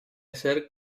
hacer